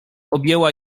ujęła